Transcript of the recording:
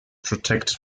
protected